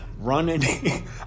running